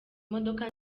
imodoka